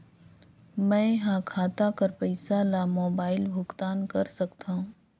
मैं ह खाता कर पईसा ला मोबाइल भुगतान कर सकथव?